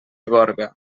gorga